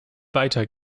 weiter